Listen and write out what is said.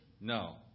No